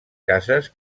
cases